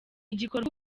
igikorwa